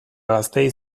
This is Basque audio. gazteei